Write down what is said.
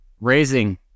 raising